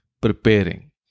preparing